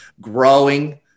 growing